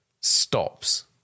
stops